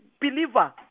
believer